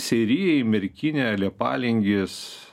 seirijai merkinė leipalingis